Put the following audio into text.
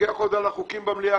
נתווכח אחרי כך על החוקים במליאה.